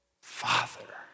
Father